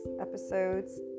Episodes